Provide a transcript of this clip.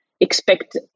expect